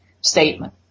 statement